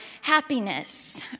happiness